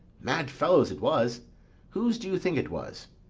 mad fellow's it was whose do you think it was?